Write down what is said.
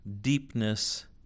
deepness